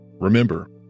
Remember